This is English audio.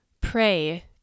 Pray